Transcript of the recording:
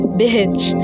bitch